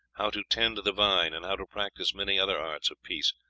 how to tend the vine, and how to practise many other arts of peace,